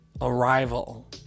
arrival